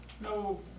no